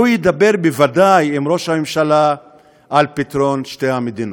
והוא ידבר בוודאי עם ראש הממשלה על פתרון שתי המדינות.